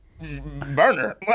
Burner